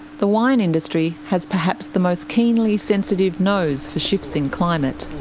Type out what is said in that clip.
the wine industry has perhaps the most keenly sensitive nose for shifts in climate.